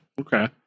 Okay